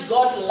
God